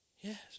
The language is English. Yes